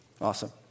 Awesome